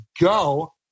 go